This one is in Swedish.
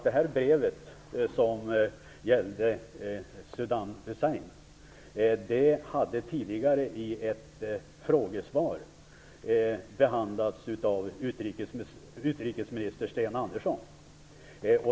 Det brev som gällde Saddam Hussein hade tidigare i ett frågesvar behandlats av utrikesminister Sten Andersson.